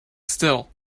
still